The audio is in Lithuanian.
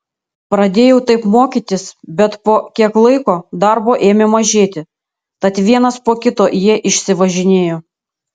pradėjau taip mokytis bet po kiek laiko darbo ėmė mažėti tad vienas po kito jie išsivažinėjo